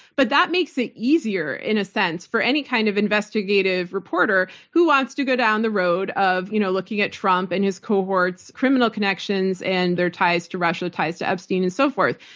but that makes it easier in a sense for any kind of investigative reporter who wants to go down the road of you know looking at trump and his cohort's criminal connections and their ties to russia, ties to epstein, and so forth.